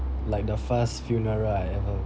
like the first funeral I ever